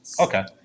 okay